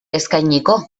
eskainiko